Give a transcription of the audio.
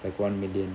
like one million